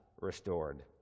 restored